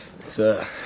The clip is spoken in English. Sir